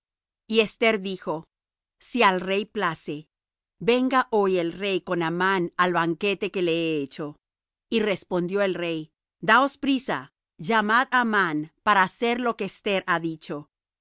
y esther dijo si al rey place venga hoy el rey con amán al banquete que le he hecho y respondió el rey daos priesa llamad á amán para hacer lo que esther ha dicho